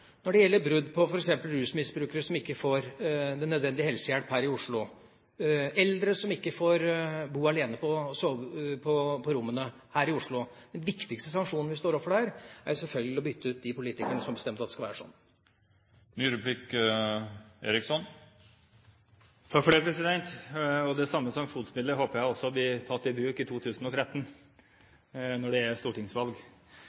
når det gjelder brudd på at f.eks. rusmiddelmisbrukere ikke får den nødvendige helsehjelp her i Oslo, og at eldre ikke får bo alene på rommene her i Oslo, selvfølgelig er å bytte ut de politikerne som har bestemt at det skal være sånn. De samme sanksjonsmidler håper jeg også vil bli tatt i bruk i